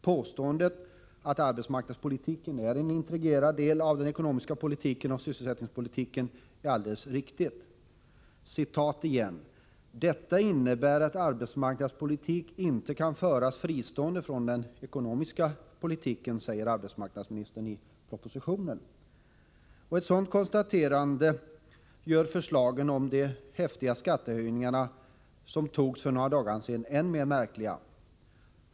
Påståendet att arbetsmarknadspolitiken är en integrerad del av den ekonomiska politiken och sysselsättningspolitiken är alldeles riktigt. ”Detta innebär att arbetsmarknadspolitik inte kan föras fristående från den ekonomiska politiken”, säger arbetsmarknadsministern i propositionen. Ett sådant konstaterande gör förslagen om de häftiga skattehöjningar som för några dagar sedan beslutades än mer märkliga.